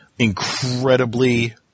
incredibly